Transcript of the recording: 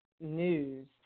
news